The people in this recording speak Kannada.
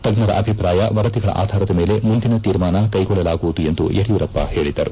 ತಜ್ಞರ ಅಭಿಪ್ರಾಯ ವರದಿಗಳ ಆಧಾರದ ಮೇಲೆ ಮುಂದಿನ ತೀರ್ಮಾನ ಕೈಗೊಳ್ಳಲಾಗುವುದು ಎಂದು ಯಡಿಯೂರಪ್ಪ ಹೇಳಿದರು